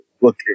look